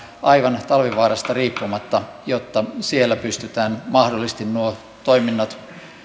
aivan talvivaarasta riippumatta jotta siellä pystytään mahdollisesti nuo toiminnot